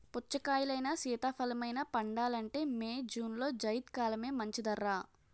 పుచ్చకాయలైనా, సీతాఫలమైనా పండాలంటే మే, జూన్లో జైద్ కాలమే మంచిదర్రా